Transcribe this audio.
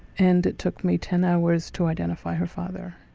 and it took me ten hours to identify her father.